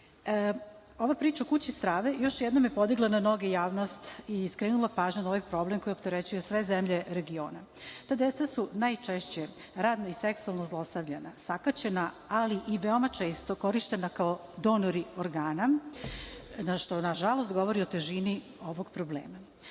priča o kući strave još jednom je podigla na noge javnost i skrenula pažnju na ovaj problem koji opterećuje sve zemlje regiona. Ta deca su najčešće radno i seksualno zlostavljana, sakaćena, ali i veoma često korišćena kao donori organa što nažalost govori o težini ovog problema. Ovo